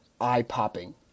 eye-popping